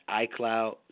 iCloud